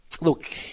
look